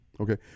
Okay